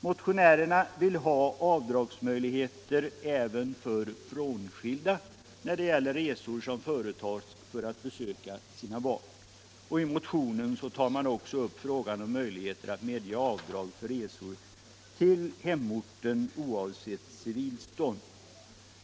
Motionärerna vill ha avdragsmöjligheter även för frånskilda när det gäller resor som vederbörande företar för att besöka sina barn. I motionen tar man också upp frågan om möjligheter att medge avdrag för resor till hemorten oavsett civilstånd.